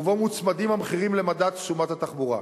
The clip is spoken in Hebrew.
ובו המחירים מוצמדים למדד תשומות התחבורה.